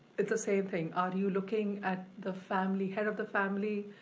it's the same thing, are you looking at the family, head of the family,